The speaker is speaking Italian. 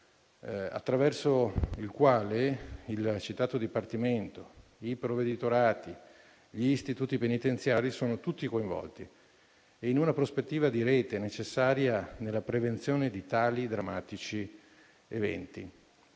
attraverso il quale il citato dipartimento, i provveditorati, gli istituti penitenziari sono tutti coinvolti, in una prospettiva di rete necessaria nella prevenzione di tali drammatici eventi.